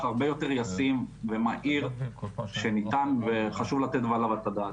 הרבה יותר ישים ומהיר שניתן וחשוב לתת עליו את הדעת.